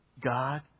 God